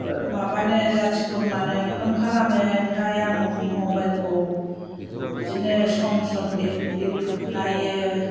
माबानो जाथि खुरमानो फन खालामो ओमफ्राय आं मबाइलखौ बिदिनो सम सम इउटुब नायो